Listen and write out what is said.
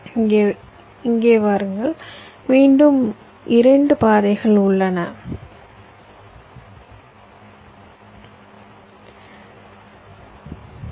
இங்கே வாருங்கள் மீண்டும் 2 பாதைகள் உள்ளன 3